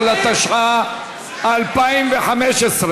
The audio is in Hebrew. התשע"ה 2015,